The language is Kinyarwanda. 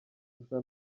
gusa